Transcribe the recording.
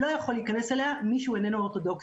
לא יכול להיכנס אליה מי שהוא איננו אורתודוכסי.